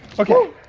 okay,